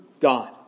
God